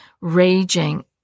raging